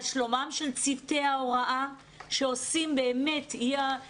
על שלומם של צוותי ההוראה שעושים באמת לילות כימים --- קטי,